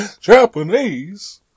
Japanese